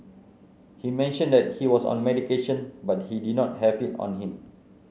he mentioned that he was on medication but he did not have it on him